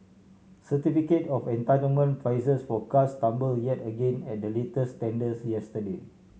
certificate of entitlement prices for cars tumble yet again at the latest tenders yesterday